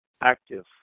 active